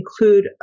include